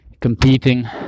competing